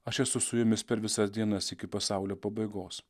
aš esu su jumis per visas dienas iki pasaulio pabaigos